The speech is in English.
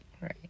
Right